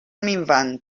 minvant